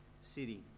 city